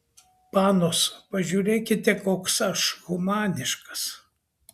panos pažiūrėkite koks aš humaniškas